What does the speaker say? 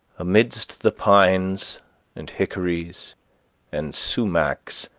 amidst the pines and hickories and sumachs,